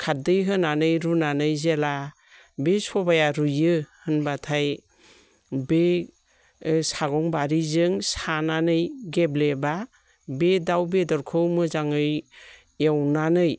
खारदै होनानै रुनानै जेब्ला बे सबाया रुयो होनब्लाथाय बे सागंबारिजों सानानै गेब्लेबा बे दाउ बेदरखौ मोजाङै एवनानै